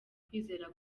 kwizera